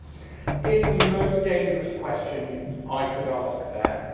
it's the most dangerous question i could ask there,